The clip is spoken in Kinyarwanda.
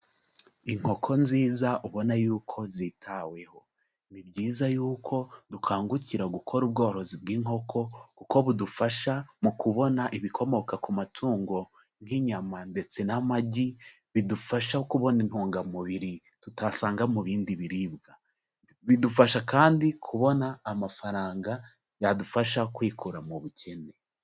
Inkoko nziza ubona yuko zitaweho. Ni byiza yuko dukangukira gukora ubworozi bw'inkoko kuko budufasha mu kubona ibikomoka ku matungo nk'inyama ndetse n'amagi bidufasha kubona intungamubiri tutasanga mu bindi biribwa, bidufasha kandi kubona amafaranga yadufasha kwikura mu bukene.